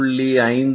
5 rs